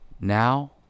now